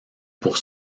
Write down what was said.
pour